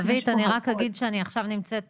רווית אני רק אגיד שאני עכשיו נמצאת